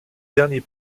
dernier